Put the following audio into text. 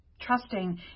trusting